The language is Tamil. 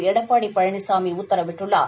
எடப்பாடி பழனிசாமி உத்தரவிட்டுள்ளார்